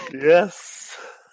Yes